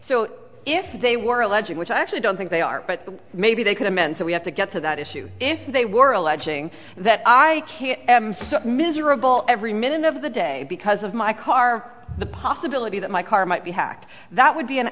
so if they were legit which i actually don't think they are but maybe they could amend so we have to get to that issue if they were alleging that i am so miserable every minute of the day because of my car the possibility that my car might be hacked that would be an